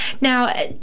Now